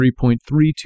3.32